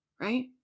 Right